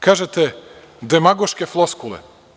Kažete – demagoške floskule.